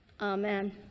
Amen